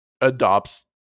adopts